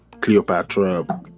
cleopatra